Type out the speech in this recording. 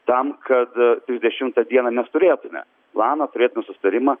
tam kad trisdešimtą dieną mes turėtume planą turėtume susitarimą